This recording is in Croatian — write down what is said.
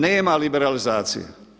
Nema liberalizacije.